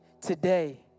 today